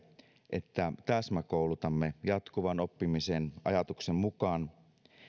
että täsmäkoulutamme jatkuvan oppimisen ajatuksen mukaan